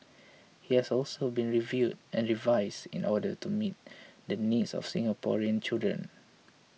it has also been reviewed and revised in order to meet the needs of Singaporean children